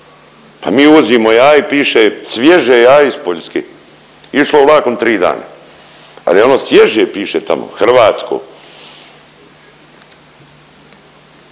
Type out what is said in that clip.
pa mi uvozimo jaja i piše svježe jaje iz Poljske išlo vlakom 3 dana, ali je ono svježe piše tamo hrvatsko.